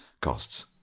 costs